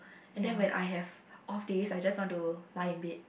and then when I have off days I just want to lie in bed